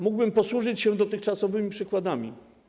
Mógłbym posłużyć się dotychczasowymi przykładami.